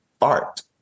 art